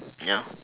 ya